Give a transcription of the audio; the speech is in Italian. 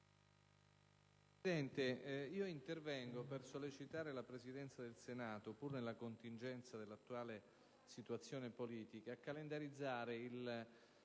Presidente, intervengo per sollecitare la Presidenza del Senato, pur nella contingenza dell'attuale situazione politica, a calendarizzare il